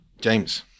James